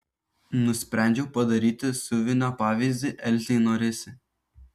nusprendžiau padaryti siuvinio pavyzdį elzei norisi